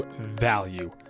value